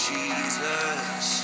Jesus